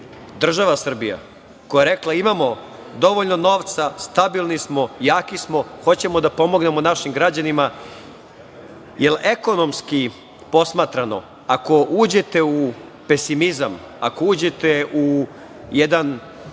država Srbija koja je rekla – imamo dovoljno novca, stabilni smo, jaki smo, hoćemo da pomognemo našim građanima. Ekonomski posmatrano, ako uđete u pesimizam, ako uđete u jednu